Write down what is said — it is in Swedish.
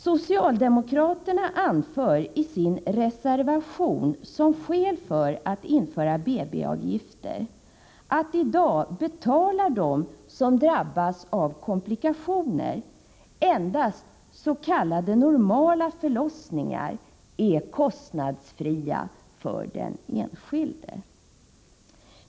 Socialdemokraterna anför i sin reservation som skäl för att införa BB-avgifter, att i dag betalar de som drabbas av komplikationer. Endast s.k. normala förlossningar är kostnadsfria för den enskilde.